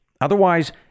Otherwise